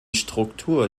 struktur